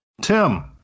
Tim